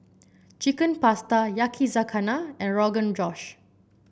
Chicken Pasta Yakizakana and Rogan Josh